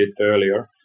earlier